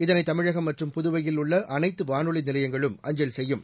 இதனை தமிழகம் மற்றும் புதுவையில் உள்ள அனைத்து வானொலி நிலையங்களும் அஞ்சல் செய்யும்